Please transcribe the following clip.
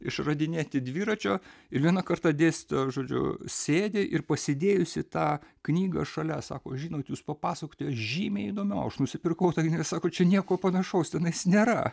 išradinėti dviračio ir vieną kartą dėstytoja žodžiu sėdi ir pasidėjusi tą knygą šalia sako žinot jūs papasakojote žymiai įdomiau aš nusipirkau tą knygą sako čia nieko panašaus tenais nėra